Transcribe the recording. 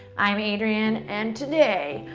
i'm adriene. and today,